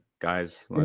guys